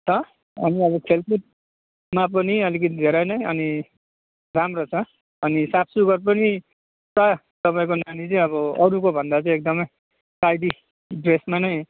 छ अनि अब खेलकुदमा पनि अलिकति धेरै नै अनि राम्रो छ अनि साफसुग्घर पनि प्राय तपाईँको नानीले अब अरूको भन्दा चाहिँ एकदमै टाइडी ड्रेसमा नै